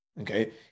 okay